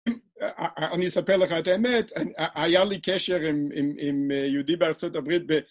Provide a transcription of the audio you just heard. אני אספר לך את האמת, היה לי קשר עם יהודי בארצות הברית